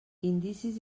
indicis